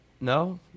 No